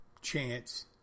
Chance